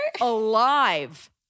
alive